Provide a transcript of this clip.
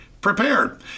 prepared